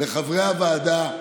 פה לחברי הוועדה,